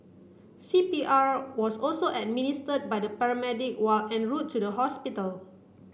C P R was also administered by the paramedic while en route to the hospital